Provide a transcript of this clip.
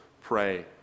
pray